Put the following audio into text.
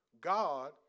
God